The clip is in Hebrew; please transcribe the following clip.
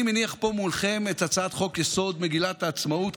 אני מניח פה מולכם את הצעת חוק-יסוד: מגילת העצמאות,